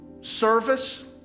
service